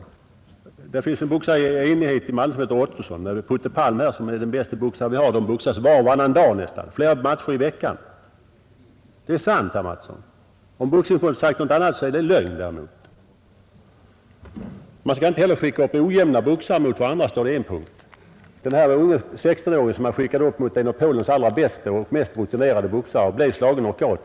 Det finns en boxare i boxningsklubben Enighet i Malmö, som heter Ottosson, och den bäste boxare vi har heter Putte Palm. De boxas nästan var och varannan dag, flera matcher i veckan. Det är sant, herr Mattsson. Om Boxningsförbundet sagt något annat, är det däremot lögn. Det står också i en punkt att man inte skall skicka upp ojämna boxare mot varandra. Den 16-åring som man skickade upp mot en av Polens allra bästa och mest rutinerade boxare blev slagen knock out.